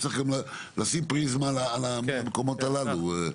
שצריך לשים פריזמה גם על המקומות הללו.